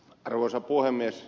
arvoisa puhemies